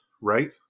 right